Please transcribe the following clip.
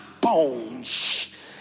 bones